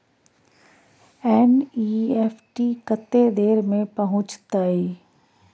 NEFT कत्ते देर में पहुंचतै?